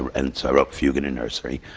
and so, i wrote fugue in a nursery.